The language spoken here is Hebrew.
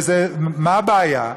מה הבעיה?